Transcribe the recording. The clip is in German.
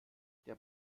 der